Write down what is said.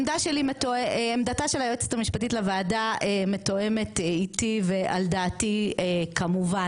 עמדתה של היועצת המשפטית לוועדה מתואמת איתי ועל דעתי כמובן.